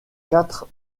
quatre